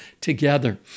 together